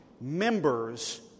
members